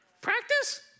practice